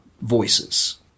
voices